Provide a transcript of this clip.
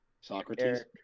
Socrates